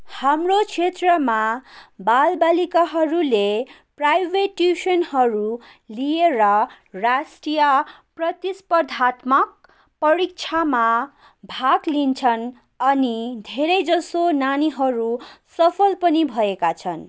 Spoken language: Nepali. हाम्रो क्षेत्रमा बालबालिकाहरूले प्राइभेट ट्युसनहरू लिएर राष्ट्रिय प्रतिस्पर्धात्मक परिक्षामा भाग लिन्छन् अनि धेरै जसो नानीहरू सफल पनि भएका छन्